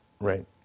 right